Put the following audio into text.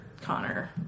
Connor